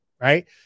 right